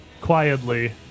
quietly